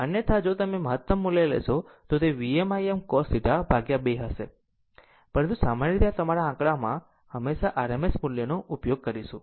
અન્યથા જો તમે મહતમ મૂલ્ય લેશો તો તે Vm Im cos θ ભાગ્યા 2 હશે પરંતુ સામાન્ય રીતે અમારા આંકડામાં હંમેશાં RMS મૂલ્યનો ઉપયોગ કરીશું